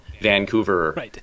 Vancouver